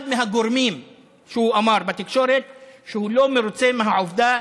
אחד מהגורמים שהוא אמר בתקשורת הוא שהוא לא מרוצה מהעובדה